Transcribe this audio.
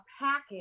package